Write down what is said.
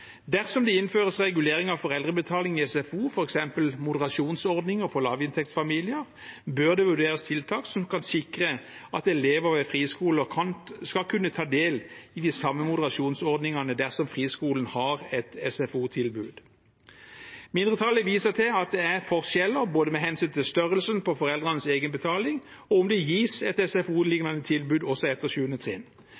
Dersom det innføres regulering av foreldrebetaling i SFO, f.eks. moderasjonsordninger for lavinntektsfamilier, bør det vurderes tiltak som kan sikre at elever ved friskoler skal kunne ta del i de samme moderasjonsordningene dersom friskolen har et SFO-tilbud. Mindretallet viser til at det er forskjeller med hensyn til både størrelsen på foreldrenes egenbetaling og om det gis et